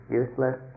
useless